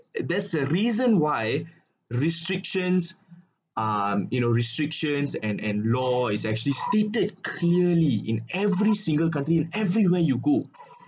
and there's a reason why restrictions um you know restrictions and and law is actually stated clearly in every single country everywhere you go